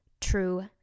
true